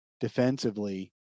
defensively